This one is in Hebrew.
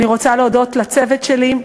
אני רוצה להודות לצוות שלי,